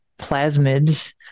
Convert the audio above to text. plasmids